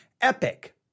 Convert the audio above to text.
epic